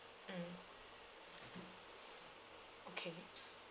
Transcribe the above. mm okay